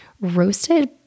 Roasted